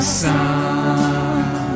sun